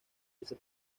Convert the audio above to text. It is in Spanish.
ese